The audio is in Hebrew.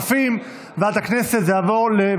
2022, לוועדה שתקבע ועדת הכנסת נתקבלה.